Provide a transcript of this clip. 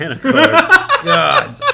God